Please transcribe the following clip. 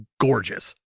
gorgeous